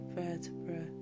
vertebra